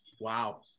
Wow